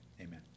Amen